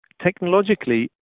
technologically